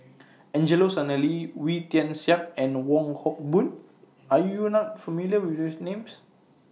Angelo Sanelli Wee Tian Siak and Wong Hock Boon Are YOU not familiar with These Names